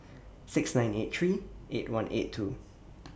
six nine eight three eight one eight two